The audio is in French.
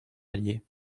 allier